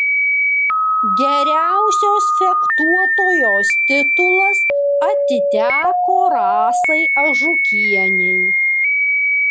geriausios fechtuotojos titulas atiteko rasai ažukienei